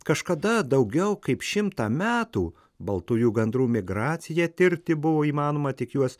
kažkada daugiau kaip šimtą metų baltųjų gandrų migraciją tirti buvo įmanoma tik juos